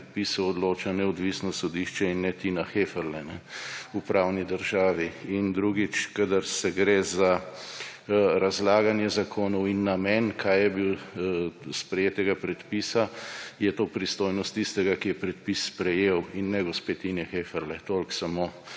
predpisov odloča neodvisno sodišče in ne Tina Heferle, v pravni državi. In drugič. Kadar gre za razlaganje zakonov in namen sprejetega predpisa, je to pristojnost tistega, ki je predpis sprejel, in ne gospe Tine Heferle. Toliko, samo